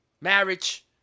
Marriage